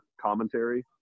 commentary